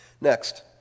Next